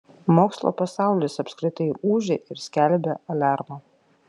mokslo pasaulis apskritai ūžia ir skelbia aliarmą